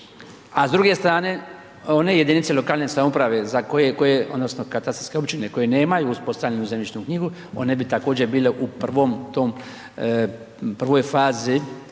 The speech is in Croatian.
a s druge strane, one jedinice lokalne samouprave za koje odnosno katastarske općine koje nemaju uspostavljenu zemljišnu knjigu, one bi također bile u prvoj fazi